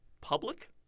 public